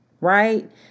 right